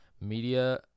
Media